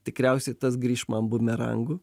tikriausiai tas grįš bumerangu